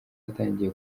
yatangiye